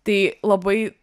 tai labai